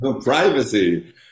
privacy